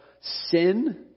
sin